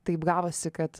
taip gavosi kad